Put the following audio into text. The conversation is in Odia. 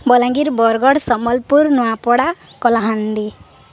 ବଲାଙ୍ଗୀର ବରଗଡ଼ ସମ୍ବଲପୁର ନୂଆପଡ଼ା କଳାହାଣ୍ଡି